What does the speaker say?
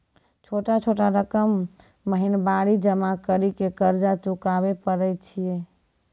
छोटा छोटा रकम महीनवारी जमा करि के कर्जा चुकाबै परए छियै?